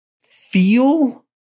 Feel